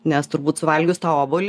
nes turbūt suvalgius tą obuolį